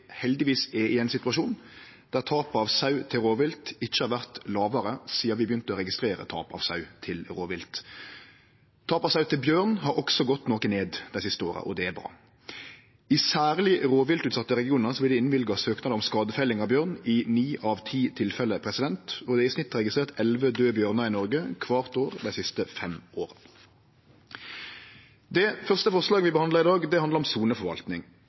heldigvis er i ein situasjon der tap av sau til rovvilt ikkje har vore lågare sidan vi begynte å registrere tap av sau til rovvilt. Tap av sau til bjørn har også gått noko ned dei siste åra, og det er bra. I særlege rovviltutsette regionar vert det innvilga søknader om skadefelling av bjørn i ni av ti tilfelle, og det er i snitt registrert elleve døde bjørnar i Noreg kvart år dei siste fem åra. Det første forslaget vi behandlar i dag, handlar om